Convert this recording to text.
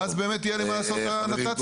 ואז באמת יהיה לי מה לעשות בנת"צים האלה.